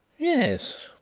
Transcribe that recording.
yes,